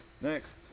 next